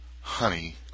honey